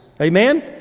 Amen